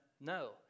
No